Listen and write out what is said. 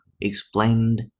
explained